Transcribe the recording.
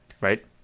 right